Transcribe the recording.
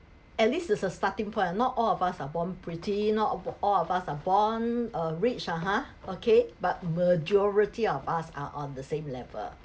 at least there's a starting but not all of us are born pretty not all bo~ all of us are born uh rich ah ha okay but majority of us are on the same level